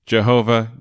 Jehovah